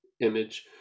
image